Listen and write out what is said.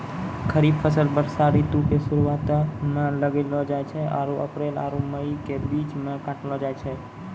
खरीफ फसल वर्षा ऋतु के शुरुआते मे लगैलो जाय छै आरु अप्रैल आरु मई के बीच मे काटलो जाय छै